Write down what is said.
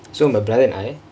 so my brother and I